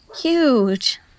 huge